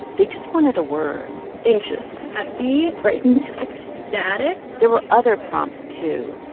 they just wanted a word anxious. happy. frightened. ecstatic there were other prompts, too,